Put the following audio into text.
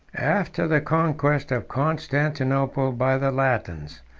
after the conquest of constantinople by the latins,